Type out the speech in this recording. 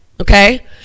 okay